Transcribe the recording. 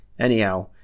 Anyhow